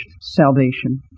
salvation